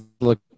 look